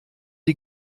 die